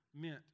meant